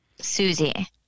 Susie